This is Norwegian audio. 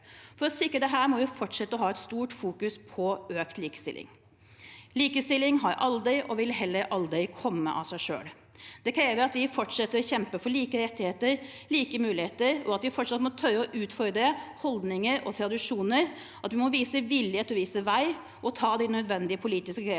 For å sikre dette må vi fortsette å fokusere særlig på økt likestilling. Likestilling har aldri kommet av seg selv og vil heller aldri komme av seg selv. Det krever at vi fortsetter å kjempe for like rettigheter og like muligheter, at vi fortsatt må tørre å utfordre holdninger og tradisjoner, og at vi må vise vilje til å vise vei og ta de nødvendige politiske grepene